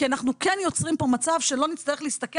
כי אנחנו כן יוצרים פה מצב שלא נצטרך להסתכל